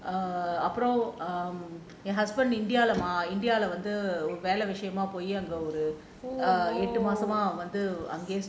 அப்புறம் என்:appuram en husband india வந்து வேலை விஷயமா போய் அங்க ஒரு எட்டு மாசமா வந்து அங்கேயே:vanthu velai vishayama poi anga oru ettu maasamaa vanthu angayae